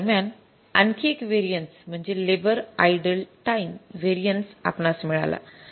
त्यादरम्यान आणखी एक व्हेरिएन्सेस म्हणजे लेबर आइडल टाईम व्हेरिएन्सेस आपणास मिळाला